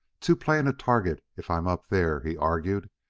too plain a target if i'm up there, he argued,